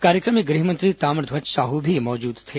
कार्यक्रम में गृह मंत्री ताम्रध्वज साहू भी मौजूद थे